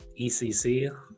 ECC